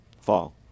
fall